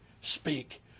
speak